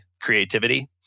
creativity